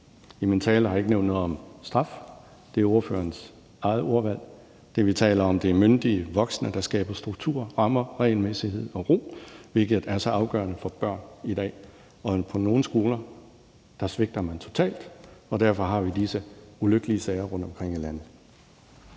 I min tale har jeg ikke nævnt noget om straf. Det er ordførerens eget ordvalg. Det, vi taler om, er myndige voksne, der skaber struktur, rammer, regelmæssighed og ro, hvilket er så afgørende for børn i dag. På nogle skoler svigter man totalt, og derfor har vi disse ulykkelige sager rundtomkring i landet.